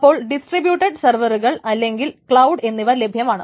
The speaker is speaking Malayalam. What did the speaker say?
അപ്പോൾ ഡിസ്ട്രിബ്യൂട്ടട് സെർവറുകൾ അല്ലെങ്കിൽ ക്ലൌഡ് എന്നിവ ലഭ്യമാണ്